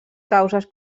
causes